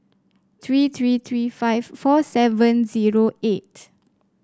three three three five four seven zero eight